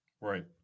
Right